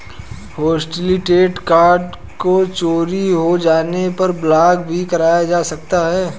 hotlisted card को चोरी हो जाने पर ब्लॉक भी कराया जा सकता है